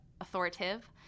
authoritative